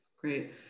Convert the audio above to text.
great